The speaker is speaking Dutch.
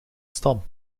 stam